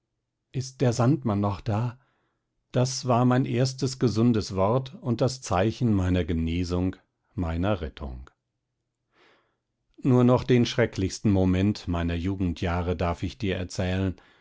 ist der sandmann noch da das war mein erstes gesundes wort und das zeichen meiner genesung meiner rettung nur noch den schrecklichsten moment meiner jugendjahre darf ich dir erzählen